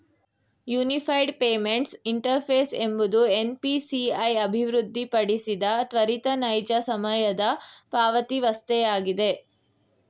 unified payments interface ಎಂಬುದು NPCI ಅಭಿವೃದ್ಧಿಪಡಿಸಿದ ತ್ವರಿತ ನೈಜ ಸಮಯದ ಪಾವತಿವಸ್ಥೆಯಾಗಿದೆ